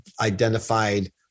identified